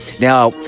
Now